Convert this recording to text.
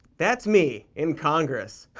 that's me, in congress.